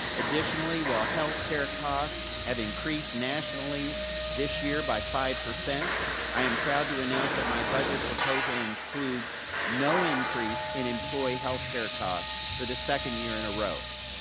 additionally, while healthcare costs have increased nationally this year by five, i am proud to announce that my budget proposal includes no increase in employee healthcare costs for the second year in a row.